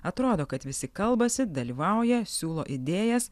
atrodo kad visi kalbasi dalyvauja siūlo idėjas